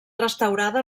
restaurada